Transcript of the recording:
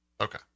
okay